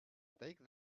take